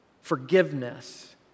forgiveness